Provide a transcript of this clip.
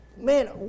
man